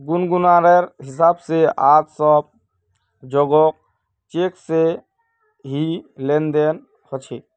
गुनगुनेर हिसाब से आज सब जोगोह चेक से ही लेन देन ह छे